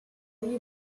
you